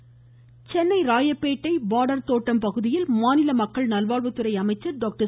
Vijayabaskar Chennai Royapettah border Thottam பகுதியில் மாநில மக்கள் நல்வாழ்வுத்துறை அமைச்சர் டாக்டர்